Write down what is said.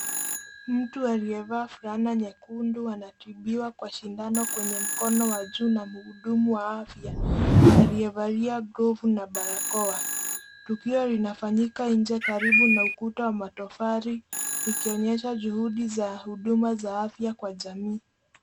Mtu aliyevaa fulana nyekundu atibiwa kwa sindano kwenye mkono wa juu na mhudumu wa afya aliyevalia glovu na barakoa. Tukio linafanyika nje karibu na ukuta wa matofali ikionyesha juhudi za huduma za afya kwa jamii.